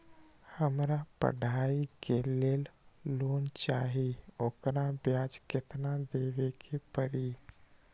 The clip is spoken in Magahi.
हमरा पढ़ाई के लेल लोन चाहि, ओकर ब्याज केतना दबे के परी?